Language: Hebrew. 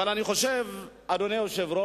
אבל אני חושב, אדוני היושב-ראש,